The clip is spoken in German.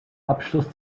abschluss